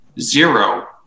zero